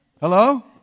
Hello